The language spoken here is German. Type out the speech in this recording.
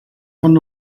von